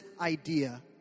idea